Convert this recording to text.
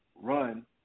run